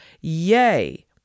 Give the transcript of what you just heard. YAY